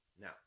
now